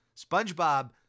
SpongeBob